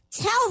tell